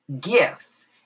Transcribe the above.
Gifts